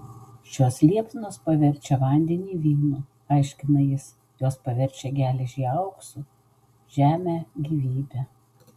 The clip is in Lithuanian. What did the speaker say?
šios liepsnos paverčia vandenį vynu paaiškina jis jos paverčia geležį auksu žemę gyvybe